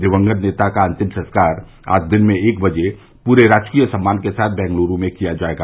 दिवंगत नेता का अंतिम संस्कार आज दिन में एक बजे पूरे राजकीय सम्मान के साथ बंगलुरु में किया जाएगा